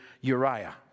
Uriah